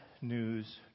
news